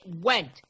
went